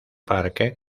parque